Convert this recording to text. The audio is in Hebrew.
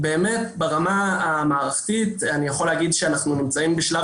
ברמה המערכתית אני יכול לומר שאנחנו נמצאים בשלב